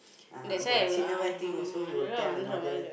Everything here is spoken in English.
uh about where thing also he will tell the mother